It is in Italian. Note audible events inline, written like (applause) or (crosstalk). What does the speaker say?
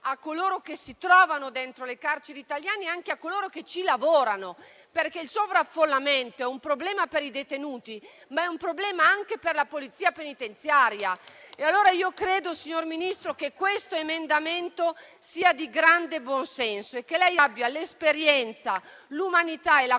a coloro che si trovano dentro le carceri italiane, anche a coloro che ci lavorano. Il sovraffollamento, infatti, è un problema per i detenuti, ma lo è anche per la Polizia penitenziaria. (applause) Io credo allora, signor Ministro, che questo emendamento sia di grande buon senso e che lei abbia l'esperienza, l'umanità e la